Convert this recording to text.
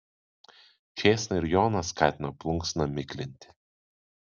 čėsna ir joną skatino plunksną miklinti